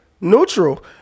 Neutral